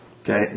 okay